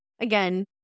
again